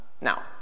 now